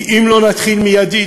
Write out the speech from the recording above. כי אם לא נתחיל מייד,